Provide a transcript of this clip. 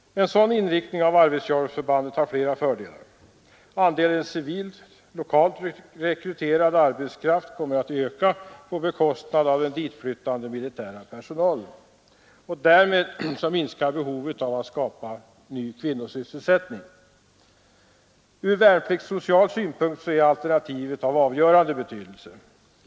En sådan inriktning av Arvidsjaurförbandet har flera fördelar. Andelen civil, lokalt rekryterad arbetskraft ökar på bekostnad av ditflyttad militär personal. Därmed minskar behovet att skapa sysselsättning för kvinnor. Från värnpliktssocial synpunkt är detta alternativ av avgörande betydelse.